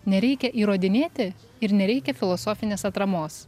nereikia įrodinėti ir nereikia filosofinės atramos